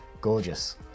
Gorgeous